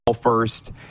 first